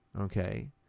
okay